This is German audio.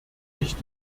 ich